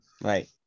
Right